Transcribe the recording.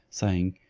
saying,